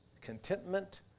contentment